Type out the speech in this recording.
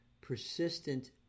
persistent